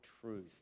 truth